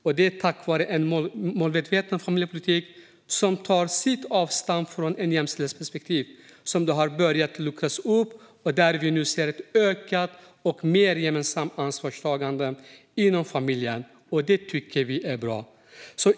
Det är tack vare en målmedveten familjepolitik som tar sitt avstamp i ett jämställdhetsperspektiv som det har börjat luckras upp, och där ser vi nu ett ökat och mer gemensamt ansvarstagande inom familjen. Detta tycker vi är bra.